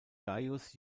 gaius